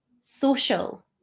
Social